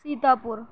Sitapur